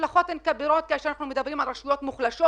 ההשלכות הן אדירות כאשר אנחנו מדברים על רשויות מוחלשות.